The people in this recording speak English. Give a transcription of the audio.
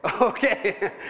Okay